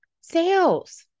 sales